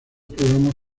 programas